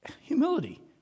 Humility